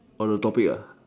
on the topic